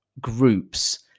groups